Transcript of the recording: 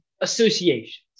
associations